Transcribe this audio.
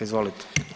Izvolite.